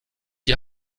die